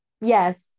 yes